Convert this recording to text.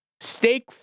Steak